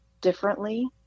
differently